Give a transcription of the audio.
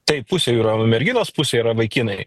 tai pusė jų yra merginos pusė yra vaikinai